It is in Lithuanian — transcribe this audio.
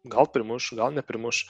gal primuš gal neprimuš